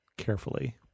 carefully